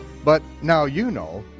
but now you know.